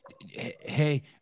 Hey